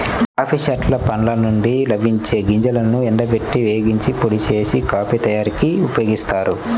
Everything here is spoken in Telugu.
కాఫీ చెట్ల పండ్ల నుండి లభించే గింజలను ఎండబెట్టి, వేగించి, పొడి చేసి, కాఫీ తయారీకి ఉపయోగిస్తారు